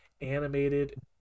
animated